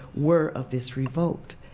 were of this revolt.